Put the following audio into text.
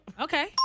Okay